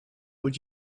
would